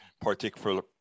particular